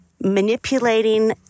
manipulating